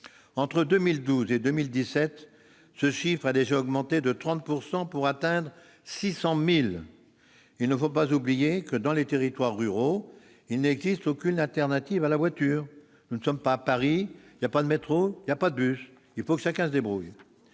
Entre 2012 et 2017, ce chiffre a déjà augmenté de 30 % pour atteindre 600 000. Il ne faut pas oublier que, dans les territoires ruraux, il n'existe aucune alternative à la voiture. Nous ne sommes pas à Paris : il n'y a ni métro ni bus, et chacun doit se débrouiller.